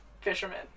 fisherman